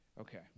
okay